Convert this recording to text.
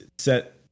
set